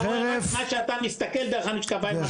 אתה רואה רק מה שאתה מסתכל דרך המשקפיים שלך.